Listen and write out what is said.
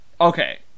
Okay